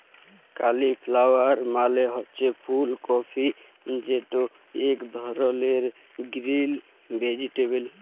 cauliflower মালে হছে ফুল কফি যেট ইক ধরলের গ্রিল ভেজিটেবল